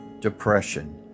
depression